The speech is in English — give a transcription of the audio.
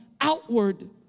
outward